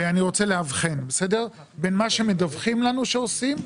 ואני רוצה להבחין בין מה שמדווחים לנו שעושים,